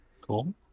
Cool